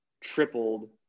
tripled